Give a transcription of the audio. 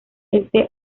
este